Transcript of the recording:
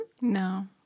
No